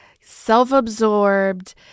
self-absorbed